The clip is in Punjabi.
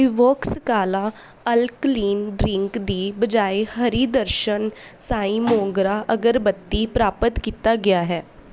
ਇਵੋਕਸ ਕਾਲਾ ਅਲਕਲੀਨ ਡਰਿੰਕ ਦੀ ਬਜਾਏ ਹਰੀ ਦਰਸ਼ਨ ਸਾਈਂ ਮੋਗਰਾ ਅਗਰਬੱਤੀ ਪ੍ਰਾਪਤ ਕੀਤਾ ਗਿਆ ਹੈ